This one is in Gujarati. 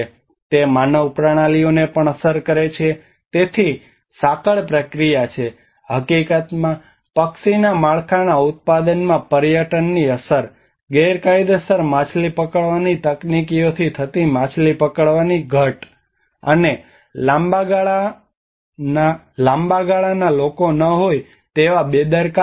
તે માનવ પ્રણાલીઓને પણ અસર કરે છે તેથી સાંકળ પ્રક્રિયા છે હકીકતમાં પક્ષીના માળખાના ઉત્પાદનમાં પર્યટનની અસર ગેરકાયદેસર માછલી પકડવાની તકનીકીઓથી થતી માછલી પકડતી ઘટ અને લાંબા ગાળાના લોકો ન હોય તેવા બેદરકાર વલણ